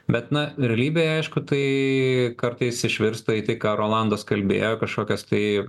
bet na realybėje aišku tai kartais išvirsta į tai ką rolandas kalbėjo kažkokias tai